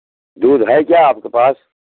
दूध है क्या आपके पास